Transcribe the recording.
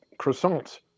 croissants